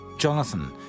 Jonathan